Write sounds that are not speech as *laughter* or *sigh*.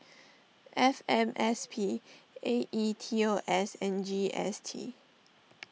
*noise* F M S P A E T O S and G S T